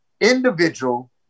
individual